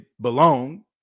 belong